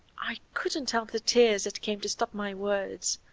i couldn't help the tears that came to stop my words.